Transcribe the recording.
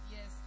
Yes